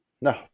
No